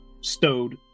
stowed